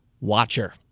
watcher